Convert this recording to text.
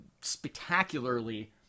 spectacularly